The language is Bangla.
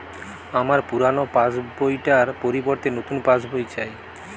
আমার পুরানো পাশ বই টার পরিবর্তে নতুন পাশ বই চাই